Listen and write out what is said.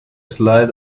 slid